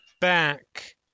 back